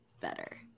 better